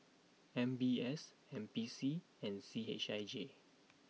M B S N P C and C H I J